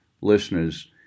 listeners